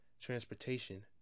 transportation